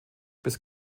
bis